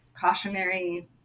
cautionary